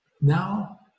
Now